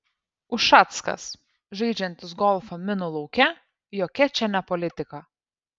ušackas žaidžiantis golfą minų lauke jokia čia ne politika